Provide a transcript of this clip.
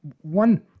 One